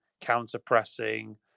counter-pressing